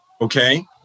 Okay